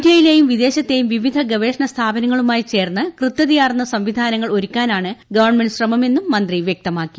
ഇന്ത്യയിലെയും വിദേശത്തെയും വിവിധ ഗവേഷണ സ്ഥാപനങ്ങളുമായി ചേർന്ന് കുറ്റമറ്റ സംവിധാനം ഒരുക്കാനാണ് ഗവൺമെന്റ് ശ്രമമെന്നും മന്ത്രി വൃക്തമാക്കി